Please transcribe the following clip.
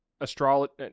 astrology